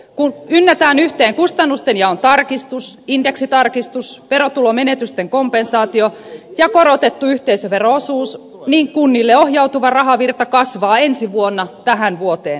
kun ynnätään yhteen kustannustenjaon tarkistus indeksitarkistus verotulomenetysten kompensaatio ja korotettu yhteisövero osuus niin kunnille ohjautuva rahavirta kasvaa ensi vuonna tähän vuoteen verrattuna